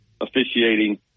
officiating